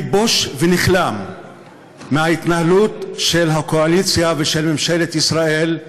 אני בוש ונכלם מההתנהלות של הקואליציה ושל ממשלת ישראל,